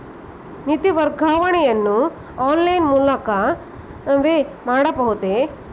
ನಿಧಿ ವರ್ಗಾವಣೆಯನ್ನು ಆನ್ಲೈನ್ ಮೂಲಕವೇ ಮಾಡಬಹುದೇ?